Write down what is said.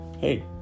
Hey